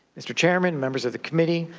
mr. chairman, members of the committee,